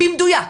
במדויק.